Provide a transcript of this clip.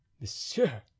Monsieur